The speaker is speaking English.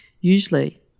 usually